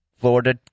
Florida